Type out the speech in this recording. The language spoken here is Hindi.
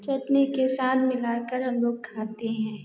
चटनी के साथ मिलाकर हम लोग खाते हैं